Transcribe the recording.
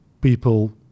people